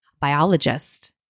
biologist